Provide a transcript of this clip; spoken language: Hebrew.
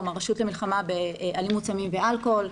הרשות למלחמה באלימות סמים ואלכוהול,